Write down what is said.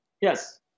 Yes